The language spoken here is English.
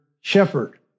shepherd